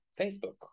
Facebook